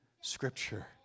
Scripture